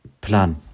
Plan